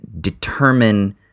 determine